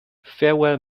farewell